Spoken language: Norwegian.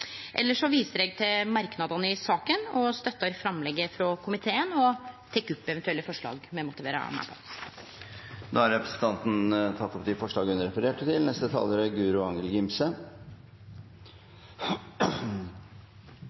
viser eg til merknadene i saka, anbefaler tilrådinga frå komiteen og tek opp dei forslaga me er med på. Da har representanten Lene Vågslid tatt opp de forslagene hun refererte til.